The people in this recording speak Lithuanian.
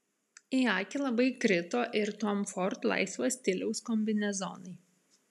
į akį labai krito ir tom ford laisvo stiliaus kombinezonai